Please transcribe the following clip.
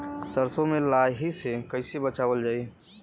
सरसो में लाही से कईसे बचावल जाई?